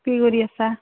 কি কৰি আছা